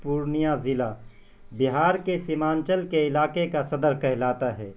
پورنیہ ضلع بہار کے سیمانچل کے علاقے کا صدر کہلاتا ہے